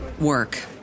work